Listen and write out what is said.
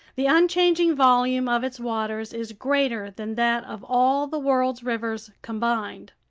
the unchanging volume of its waters is greater than that of all the world's rivers combined.